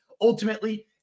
Ultimately